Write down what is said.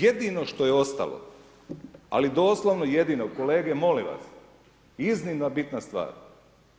Jedino što je ostalo, ali doslovno jedino, kolege, molim vas, iznimno bitna stvar,